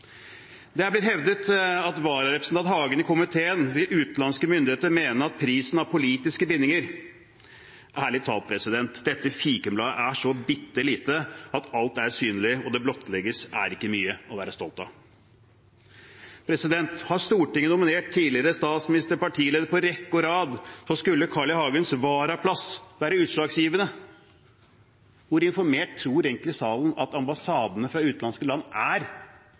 Det er blitt hevdet at med vararepresentant Hagen i komiteen vil utenlandske myndigheter mene at prisen har politiske bindinger. Ærlig talt, dette fikenbladet er så bitte lite at alt er synlig, og det som blottlegges, er ikke mye å være stolt av. Her har Stortinget nominert tidligere statsministre og partiledere på rekke og rad, og så skulle Carl I. Hagens varaplass være utslagsgivende? Hvor informert tror egentlig salen at ambassadene fra utenlandske land er